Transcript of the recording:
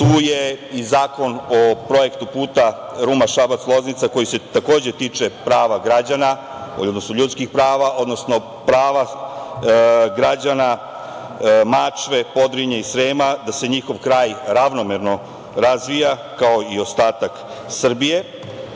je tu i Zakon o projektu puta Ruma-Šabac-Loznica, koji se takođe tiče prava građana, odnosno ljudskih prava, odnosno prava građana Mačve, Podrinja i Srema da se njihov kraj ravnomerno razvija, kao i ostatak Srbije,